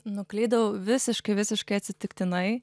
nuklydau visiškai visiškai atsitiktinai